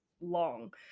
long